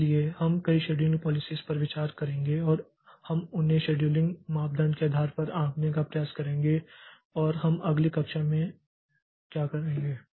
इसलिए हम कई शेड्यूलिंग पोलिसीस पर विचार करेंगे और हम उन्हें शेड्यूलिंग मानदंड के आधार पर आंकने का प्रयास करेंगे और हम अगली कक्षा में क्या करेंगे